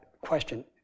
question